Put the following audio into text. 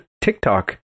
TikTok